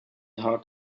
heart